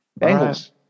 Bengals